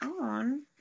on